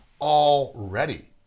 already